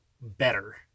better